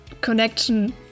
connection